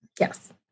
Yes